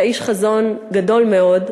אתה איש חזון גדול מאוד,